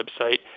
website